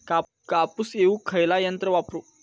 कापूस येचुक खयला यंत्र वापरू?